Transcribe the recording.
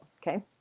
okay